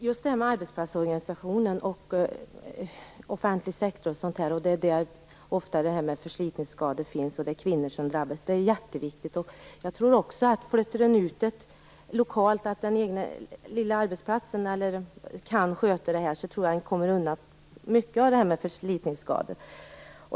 Herr talman! Det är oftast inom offentlig sektor som förslitningsskador förekommer, och det är kvinnor som drabbas. Om arbetsplatsorganisationen flyttas till lokal nivå, så att den lilla arbetsplatsen kan sköta den tror jag att man kommer undan mycket av detta med förslitningsskador.